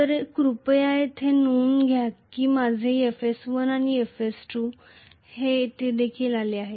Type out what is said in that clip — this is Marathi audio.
तर कृपया येथे नोंद घ्या की माझे FS1 आणि FS2 येथे आले आहेत